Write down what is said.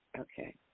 Okay